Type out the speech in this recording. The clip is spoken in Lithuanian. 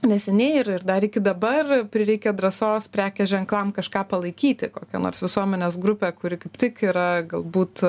neseniai ir ir dar iki dabar prireikė drąsos prekės ženklam kažką palaikyti kokią nors visuomenės grupę kuri kaip tik yra galbūt